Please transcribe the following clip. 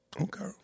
Okay